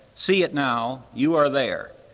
see it now, you are there.